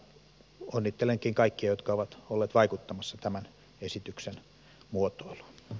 onnittelenkin kaikkia jotka ovat olleet vaikuttamassa tämän esityksen muotoiluun